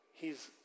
hes